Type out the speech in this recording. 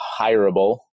hireable